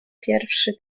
pierwszy